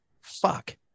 Fuck